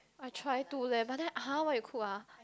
I try to leh but then ah [huh] what you cook ah